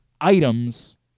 Items